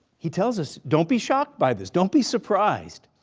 he tells us. don't be shocked by this. don't be surprised.